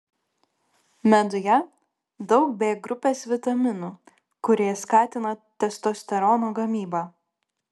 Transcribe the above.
meduje daug b grupės vitaminų kurie skatina testosterono gamybą